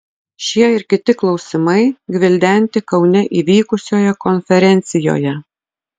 šie ir kiti klausimai gvildenti kaune įvykusioje konferencijoje